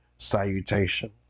salutation